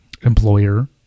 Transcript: employer